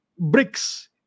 BRICS